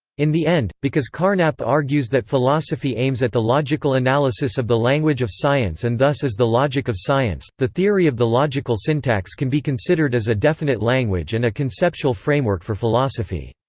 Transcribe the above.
in the end, because carnap argues that philosophy aims at the logical analysis of the language of science and thus is the logic of science, the theory of the logical syntax can be considered as a definite language and a conceptual framework for philosophy.